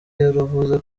yaravuze